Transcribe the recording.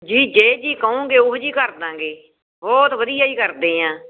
ਜੀ ਜਿਹੋ ਜਿਹਾ ਕਹੋਗੇ ਉਹੋ ਜਿਹਾ ਕਰ ਦਵਾਂਗੇ ਬਹੁਤ ਵਧੀਆ ਹੀ ਕਰਦੇ ਹਾਂ